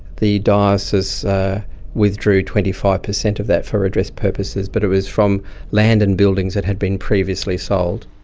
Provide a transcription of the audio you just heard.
the diocese withdrew twenty five percent of that for redress purposes, but it was from land and buildings that had been previously sold.